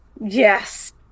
Yes